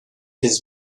his